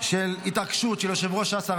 של התעקשות יושב-ראש ש"ס,